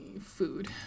food